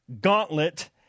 gauntlet